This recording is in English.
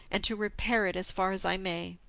and to repair it as far as i may.